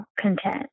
content